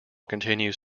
continues